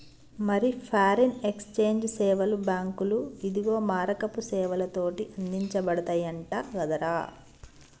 మరి foreign exchange సేవలు బాంకులు, ఇదిగే మారకపు సేవలతోటి అందించబడతయంట కదరా